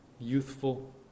youthful